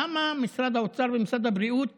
למה משרד האוצר ומשרד הבריאות